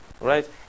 right